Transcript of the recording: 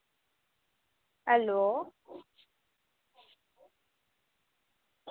hello